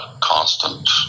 constant